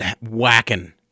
whacking